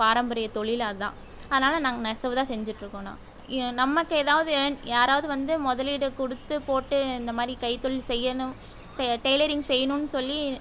பாரம்பரிய தொழில் அதான் அதனால் நாங்கள் நெசவு தான் செஞ்சிட்டுருக்கோண்ணா நமக்கு எதாவது இயன் யாராவது வந்து முதலீடு கொடுத்து போட்டு இந்த மாதிரி கைத்தொழில் செய்யணும் இப்போ டெய்லரிங் செய்யணும்னு சொல்லி